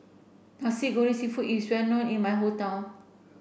Nasi Goreng Seafood is well known in my hometown